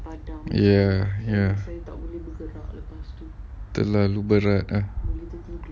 ya ya terlalu berat ah